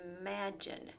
imagine